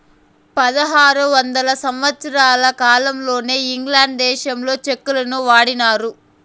పదహారు వందల సంవత్సరాల కాలంలోనే ఇంగ్లాండ్ దేశంలో చెక్కులను వాడినారు